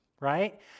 right